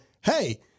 Hey